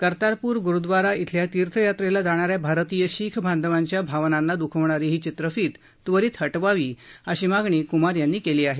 कर्तारपूर गुरुद्वारा इथल्या तीर्थ यात्रेला जाणा या भारतीय शीख बांधवांच्या भावानांना द्खावणारी ही चित्रफित त्वरित हटवावी अशी मागणी क्मार यांनी केली आहे